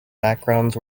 backgrounds